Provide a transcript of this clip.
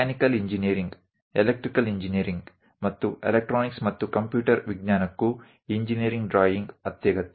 mechanical engineering electrical engineering ಮತ್ತು electronics ಮತ್ತು computer ವಿಜ್ಞಾನಕ್ಕೂ ಇಂಜಿನೀರಿಂಗ್ ಡ್ರಾಯಿಂಗ್ ಅತ್ಯಗತ್ಯ